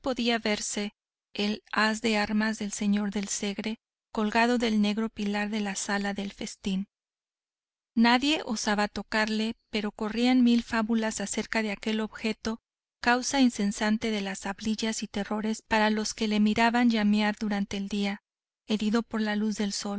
podía verse el haz de armas del señor del segre colgado del negro pilar de la sal de festín nadie osaba tocarle pero corrían mil fábulas acerca de aquel abandonado objeto causa incesante de hablillas y terrores para los que le miraban llamear durante el día herido por la luz del sol